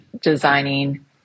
designing